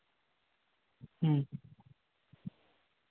ᱦᱮᱸ